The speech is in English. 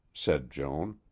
said joan,